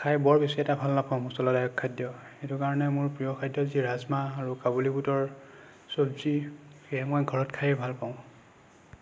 খাই বৰ বেছি এটা ভাল নাপাওঁ মচলাদায়ক খাদ্য সেইটো কাৰণে মোৰ প্ৰিয় খাদ্য যি ৰাজমাহ আৰু কাবুলী বুটৰ চব্জি সেয়ে মই ঘৰত খাইয়ে ভালপাওঁ